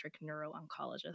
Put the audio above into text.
neuro-oncologist